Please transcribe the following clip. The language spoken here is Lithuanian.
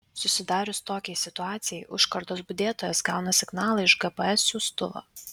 susidarius tokiai situacijai užkardos budėtojas gauna signalą iš gps siųstuvo